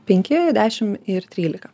penki dešimt ir trylika